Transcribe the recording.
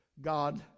God